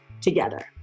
together